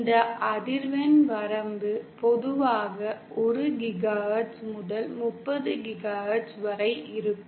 இந்த அதிர்வெண் வரம்பு பொதுவாக 1 GHz முதல் 30 GHz வரை இருக்கும்